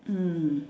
mm